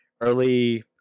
Early